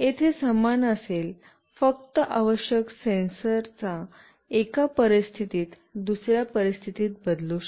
येथे समान असेल फक्त आवश्यक सेन्सरच एका परिस्थितीत दुसर्या परिस्थितीत बदलू शकतात